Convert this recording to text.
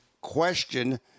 question